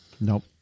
Nope